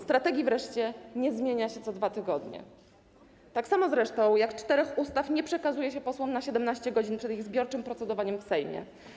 Strategii wreszcie nie zmienia się co 2 tygodnie, tak samo zresztą jak czterech ustaw nie przekazuje się posłom na 17 godzin przed ich zbiorczym procedowaniem w Sejmie.